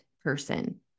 person